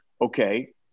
okay